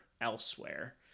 elsewhere